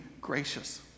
gracious